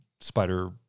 spider